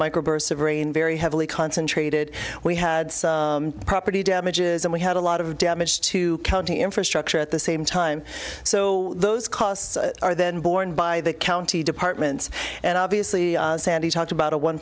microburst of rain very heavily concentrated we had some property damages and we had a lot of damage to county infrastructure at the same time so those costs are then borne by the county departments and obviously sandy talked about a one